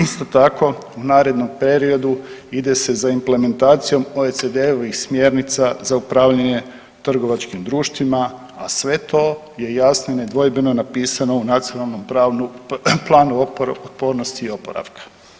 Isto tako u narednom periodu ide se za implementacijom OECD-ovih smjernica za upravljanje Trgovačkim društvima a sve to je jasno i nedvojbeno napisano u Nacionalnom planu otpornosti i oporavka.